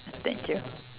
thank you